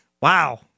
Wow